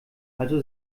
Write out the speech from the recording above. also